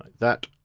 that,